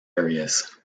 areas